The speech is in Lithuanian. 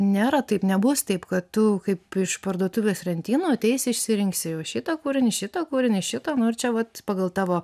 nėra taip nebus taip kad tu kaip iš parduotuvės lentynų ateisi išsirinksi jau šitą kūrinį šitą kūrinį šitą nu ir čia vat pagal tavo